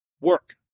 work